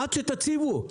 עד שתציבו.